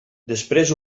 després